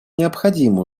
необходимо